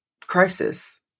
crisis